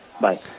Bye